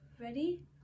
Ready